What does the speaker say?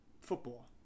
football